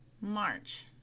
March